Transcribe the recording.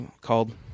called